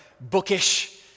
bookish